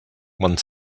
one